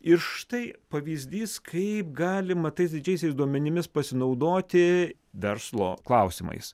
ir štai pavyzdys kaip galima tais didžiaisiais duomenimis pasinaudoti verslo klausimais